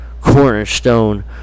cornerstone